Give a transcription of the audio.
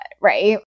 Right